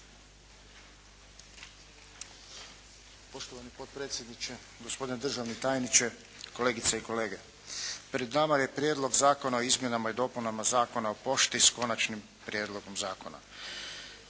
Poštovani potpredsjedniče, gospodine državni tajniče, kolegice i kolege. Pred nama je Prijedlog zakona o izmjenama i dopunama Zakona o pošti s Konačnim prijedlogom zakona.